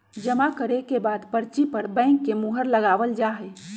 जमा करे के बाद पर्ची पर बैंक के मुहर लगावल जा हई